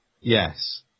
Yes